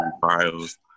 files